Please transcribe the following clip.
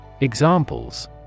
Examples